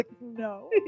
no